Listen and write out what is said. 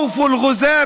(אומר דברים בשפה הערבית ומתרגמם:)